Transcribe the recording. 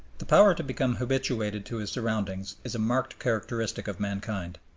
the power to become habituated to his surroundings is a marked characteristic of mankind.